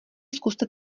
zkuste